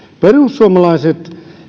perussuomalaiset